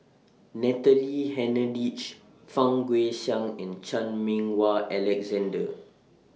Natalie Hennedige Fang Guixiang and Chan Meng Wah Alexander